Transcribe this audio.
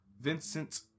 Vincent